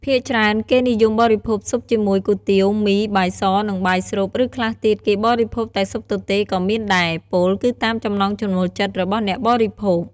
ភាគច្រើន គេនិយមបរិភោគស៊ុបជាមួយ គុយទាវ មី បាយស និងបាយស្រូប ឬខ្លះទៀត គេបរិភោគតែស៊ុបទទេក៏មានដែរ ពោលគឺតាមចំណង់ចំណូលចិត្តរបស់អ្នកបរិភោគ។